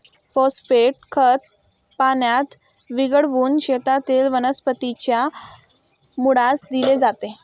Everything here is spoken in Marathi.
फॉस्फेट खत पाण्यात विरघळवून शेतातील वनस्पतीच्या मुळास दिले जाते